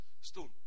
stone